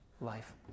life